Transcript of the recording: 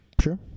sure